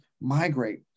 migrate